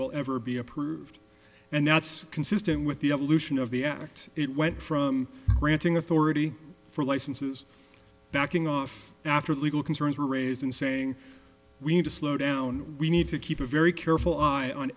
will ever be approved and that's consistent with the evolution of the act it went from granting authority for licenses backing off after legal concerns were raised and saying we need to slow down we need to keep a very careful